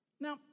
Now